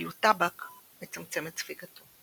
ואילו טבק מצמצם את ספיגתו.